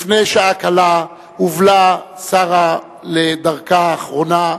לפני שעה קלה הובלה שרה לדרכה האחרונה,